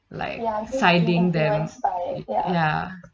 like siding them ya